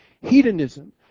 hedonism